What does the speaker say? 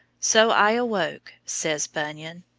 so i awoke, says bunyan,